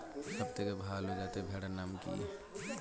সবথেকে ভালো যাতে ভেড়ার নাম কি?